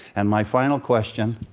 and my final question,